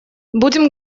будем